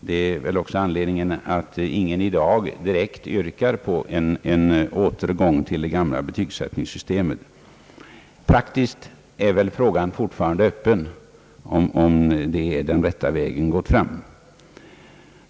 Det är väl också anledningen till att ingen i dag yrkar på en direkt återgång till det gamla betygsättningssystemet. Praktiskt är väl frågan fortfarande öppen om detta är den rätta vägen att gå fram.